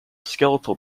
skeletal